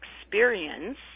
experience